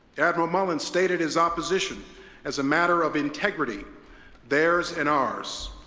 admiral mullen stated his opposition as a matter of integrity theirs and ours.